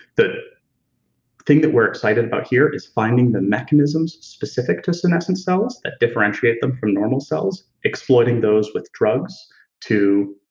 the thing that we're excited about here is finding the mechanisms specific to senescence cells that differentiate them from normal cells exploiting those with drugs to